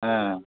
ஆ